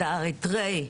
את האריתריאי,